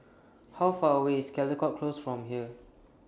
How Far away IS Caldecott Close from here